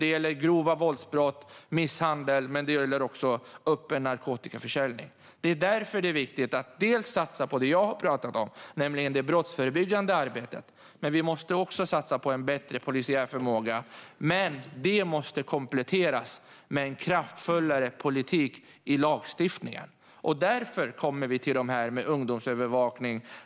Det gäller grova våldsbrott som misshandel, men det gäller också öppen narkotikaförsäljning. Det är därför det är viktigt att satsa på det jag har talat om, nämligen det brottsförebyggande arbetet, men också på bättre polisiär förmåga. Det måste dock kompletteras med kraftfullare politik i lagstiftningen. Därför kommer vi till detta med ungdomsövervakning.